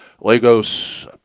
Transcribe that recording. Lagos